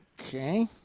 Okay